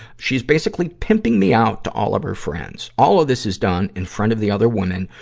she's basically pimping me out to all of her friends. all of this is done in front of the other women,